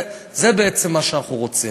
זה בעצם מה שאנחנו רוצים.